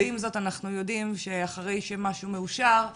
ועם זאת אנחנו יודעים שאחרי שמשהו מאושר,